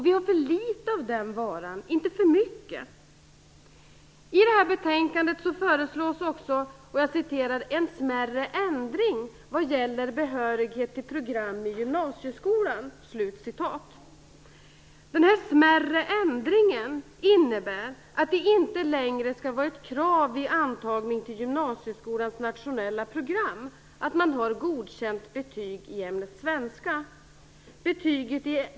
Vi har för litet av den varan, inte för mycket. I det här betänkandet föreslås också "en smärre ändring vad gäller behörighet till program i gymnasieskolan". Denna "smärre ändring" innebär att det vid antagning till gymnasieskolans nationella program inte längre skall vara ett krav att man har godkänt betyg i ämnet svenska.